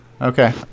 Okay